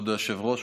כבוד היושב-ראש.